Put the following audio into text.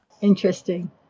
Interesting